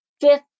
Fifth